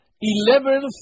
eleventh